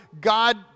God